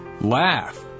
laugh